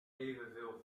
evenveel